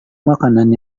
makanan